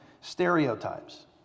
stereotypes